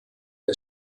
der